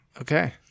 Okay